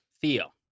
theo